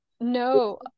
No